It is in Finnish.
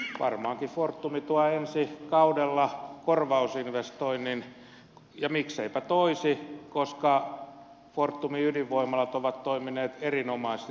edustaja korhonen varmaankin fortum tuo ensi kaudella korvausinvestoinnin ja mikseipä toisi koska fortumin ydinvoimalat ovat toimineet erinomaisesti toimitusvarmasti